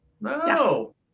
No